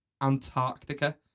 Antarctica